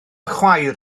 chwaer